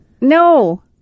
No